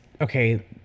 okay